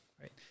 right